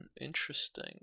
Interesting